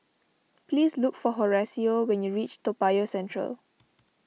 please look for Horacio when you reach Toa Payoh Central